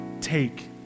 Take